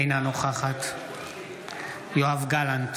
אינה נוכחת יואב גלנט,